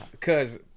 Cause